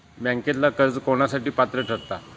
बँकेतला कर्ज कोणासाठी पात्र ठरता?